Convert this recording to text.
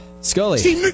Scully